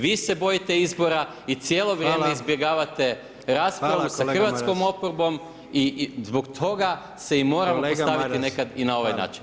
Vi se bojite izbora i cijelo vrijeme izbjegavate raspravu sa hrvatskom oporbom i zbog toga se i moralo postaviti nekad i na ovaj način.